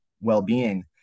well-being